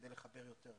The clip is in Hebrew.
כדי לחבר יותר,